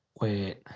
Wait